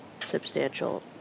substantial